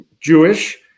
Jewish